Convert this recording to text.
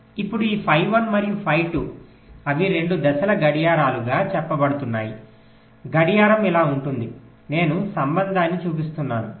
ఇప్పుడు ఈ ఫై 1 మరియు ఫై 2 అవి రెండు దశల గడియారాలుగా చెప్పబడుతున్నాయి గడియారం ఇలా ఉంటుంది నేను సంబంధాన్ని చూపిస్తున్నాను